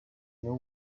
now